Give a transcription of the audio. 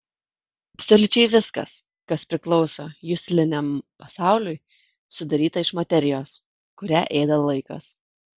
absoliučiai viskas kas priklauso jusliniam pasauliui sudaryta iš materijos kurią ėda laikas